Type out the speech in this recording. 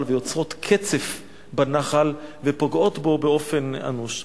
ויוצרות קצף בנחל ופוגעות בו באופן אנוש.